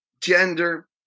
gender